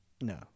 No